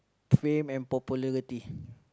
fame and popularity